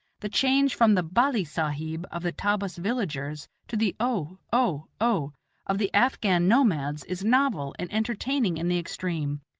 the change from the balli sahib of the tabbas villagers to the o, o, o of the afghan nomads is novel and entertaining in the extreme,